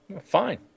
Fine